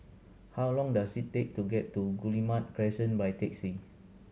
how long does it take to get to Guillemard Crescent by taxi